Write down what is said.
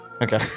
Okay